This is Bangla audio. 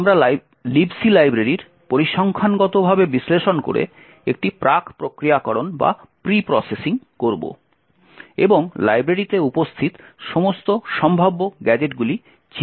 সুতরাং আমরা Libc লাইব্রেরির পরিসংখ্যানগতভাবে বিশ্লেষণ করে একটি প্রাক প্রক্রিয়াকরণ করব এবং লাইব্রেরিতে উপস্থিত সমস্ত সম্ভাব্য গ্যাজেটগুলি চিহ্নিত করব